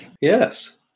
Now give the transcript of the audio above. Yes